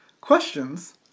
questions